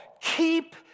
Keep